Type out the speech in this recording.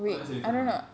oh that's a different one